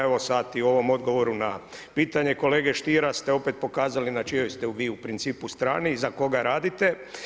Evo sada i ovom odgovoru na pitanje kolege Stiera ste opet pokazali na čijoj ste vi u principu strani i za koga radite.